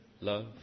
love